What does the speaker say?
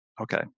okay